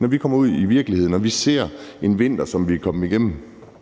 Når vi kommer ud i virkeligheden og vi ser en vinter som den, vi er kommet igennem,